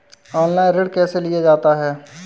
Online ऋण कैसे लिया जाता है?